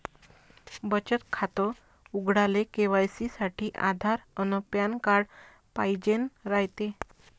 बचत खातं उघडाले के.वाय.सी साठी आधार अन पॅन कार्ड पाइजेन रायते